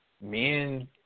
men